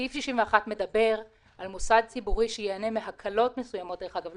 מדבר על מוסד ציבורי שייהנה מהקלות מסוימות דרך אגב: